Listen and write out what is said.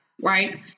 right